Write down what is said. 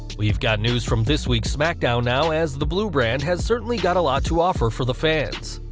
we've got news from this week's smackdown now, as the blue brand has certainly got a lot to offer for the fans.